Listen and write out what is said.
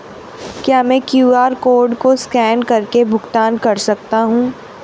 क्या मैं QR code को स्कैन करके भुगतान कर सकता हूं?